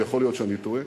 אבל יכול להיות שאני טועה,